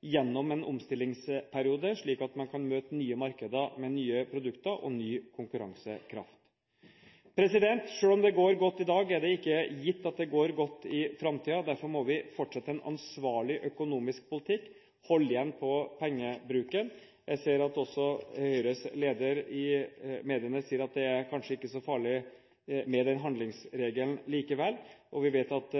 gjennom en omstillingsperiode, slik at man kan møte nye markeder med nye produkter og ny konkurransekraft. Selv om det går godt i dag, er det ikke gitt at det går godt i framtiden. Derfor må vi fortsette en ansvarlig økonomisk politikk og holde igjen på pengebruken. Jeg ser at også Høyres leder sier i mediene at det kanskje ikke er så farlig med den handlingsregelen likevel, og vi vet at